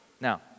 Now